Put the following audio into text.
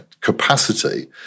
capacity